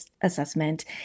assessment